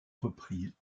reprises